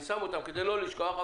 אני שם אותם כדי לא לשכוח,